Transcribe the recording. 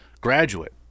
graduate